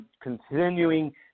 continuing